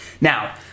Now